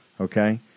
okay